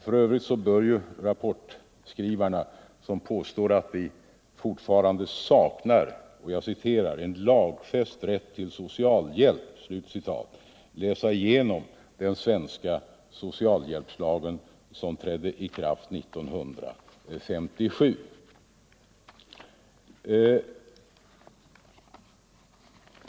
För övrigt bör rapportskrivarna, som påstår att vi fortfarande saknar ”en lagfäst rätt till socialhjälp” läsa igenom den svenska socialhjälpslagen, som trädde i kraft 1957.